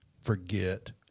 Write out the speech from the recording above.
forget